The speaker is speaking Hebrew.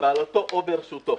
בבעלותו או ברשותו.